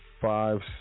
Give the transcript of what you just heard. five